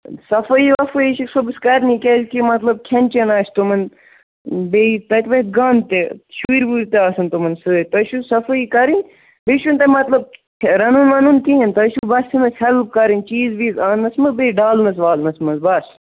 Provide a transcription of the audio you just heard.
صفٲیی وَفٲیی چھِ صُبحَس کَرنی کیٛازکہِ مطلب کھٮ۪ن چٮ۪ن آسہِ تٕمَن بیٚیہِ تَتہِ وَتھِ گنٛد تہِ شُرۍ وُرۍ تہِ آسَن تِمَن سۭتۍ تۄہہِ چھُو صفٲیی کَرٕنۍ بیٚیہِ چھُنہٕ تۄہہِ مطلب رَنُن وَنُن کِہیٖنۍ تۄہہِ چھُو بَس پٮ۪لٕپ کَرٕنۍ چیٖز ویٖز آنٛنَس منٛز بیٚیہِ ڈالنَس والنَس منٛز بَس